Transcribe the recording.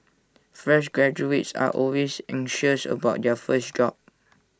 fresh graduates are always anxious about their first job